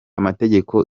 amategeko